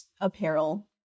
apparel